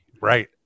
right